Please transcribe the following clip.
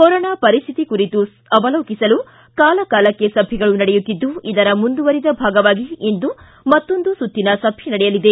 corona ಪರಿಸ್ಥಿತಿ ಕುರಿತು ಅವಲೋಕಿಸಲು ಕಾಲ ಕಾಲಕ್ಕೆ ಸಭೆಗಳು ನಡೆಯುತ್ತಿದ್ದು ಇದರ ಮುಂದುವರೆದ ಭಾಗವಾಗಿ ಇಂದು ಮತ್ತೊಂದು ಸುತ್ತಿನ ಸಭೆ ನಡೆಯಲಿದೆ